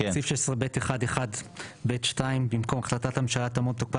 סעיף 16(ב1)(1)(ב)(2) במקום 'החלטת הממשלה תעמוד בתוקפה